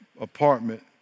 apartment